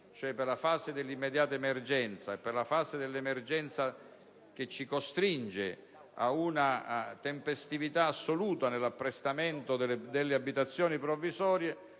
cioè per la fase dell'immediata emergenza e per quella che ci costringe ad una tempestività assoluta nell'apprestamento delle abitazioni provvisorie